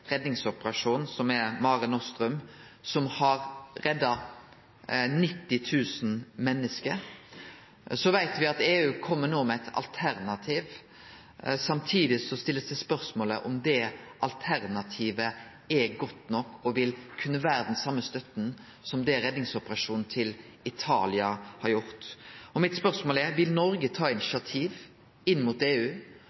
redningsoperasjon, Mare Nostrum, som har redda 90 000 menneske. Så veit vi at EU no kjem med eit alternativ. Samtidig blir det stilt spørsmål ved om det alternativet er godt nok, og om det vil kunne vere den same støtta som redningsaksjonen til Italia har vore. Mitt spørsmål er: Vil Noreg ta